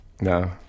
No